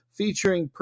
featuring